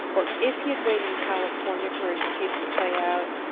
or if he had waited in california for his case to play out,